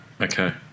Okay